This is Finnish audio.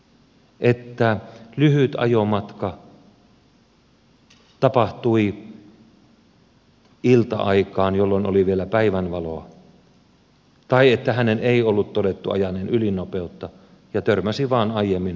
se että oli lyhyt ajomatka tapahtui ilta aikaan jolloin oli vielä päivänvaloa tai se että hänen ei ollut todettu ajaneen ylinopeutta ja törmäsi vain aiemmin reunakiveykseen